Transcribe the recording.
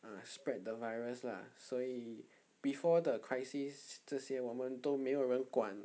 ah spread the virus lah 所以 before the crisis 这些我们都没有人管